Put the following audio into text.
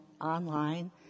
online